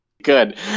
Good